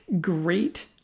great